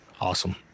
Awesome